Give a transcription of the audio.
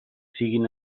siguin